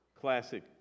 classic